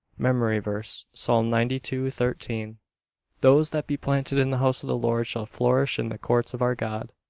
memory verse, psalm ninety two thirteen those that be planted in the house of the lord shall flourish in the courts of our god.